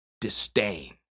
disdain